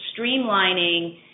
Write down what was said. streamlining